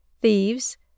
thieves